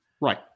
Right